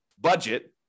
budget